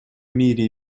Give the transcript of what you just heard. мире